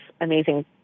amazing